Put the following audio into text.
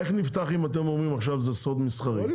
איך נפתח אם אתם אומרים עכשיו זה סוד מסחרי.